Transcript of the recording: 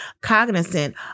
cognizant